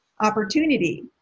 opportunity